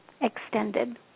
extended